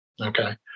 okay